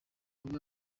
biba